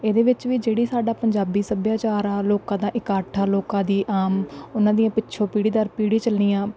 ਇਹਦੇ ਵਿੱਚ ਵੀ ਜਿਹੜੀ ਸਾਡਾ ਪੰਜਾਬੀ ਸੱਭਿਆਚਾਰ ਆ ਲੋਕਾਂ ਦਾ ਇਕੱਠ ਆ ਲੋਕਾਂ ਦੀ ਆਮ ਉਹਨਾਂ ਦੀਆਂ ਪਿੱਛੋਂ ਪੀੜ੍ਹੀ ਦਰ ਪੀੜ੍ਹੀ ਚੱਲੀਆਂ